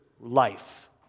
life